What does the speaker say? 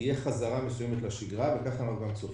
תהיה חזרה מסוימת לשגרה, וככה אנחנו גם צופים.